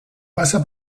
passa